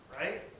right